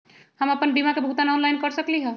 हम अपन बीमा के भुगतान ऑनलाइन कर सकली ह?